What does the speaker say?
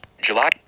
July